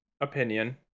opinion